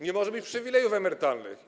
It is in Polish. Nie może być przywilejów emerytalnych.